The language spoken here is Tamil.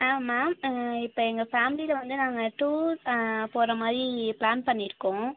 ஆ மேம் இப்போ எங்கள் ஃபேமிலியில் வந்து நாங்கள் டூர் போகிற மாதிரி பிளான் பண்ணியிருக்கோம்